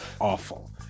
awful